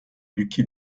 lucky